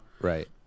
Right